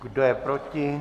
Kdo je proti?